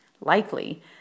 Likely